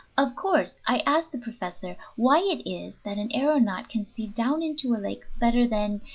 of course i asked the professor why it is that an aeronaut can see down into a lake better than,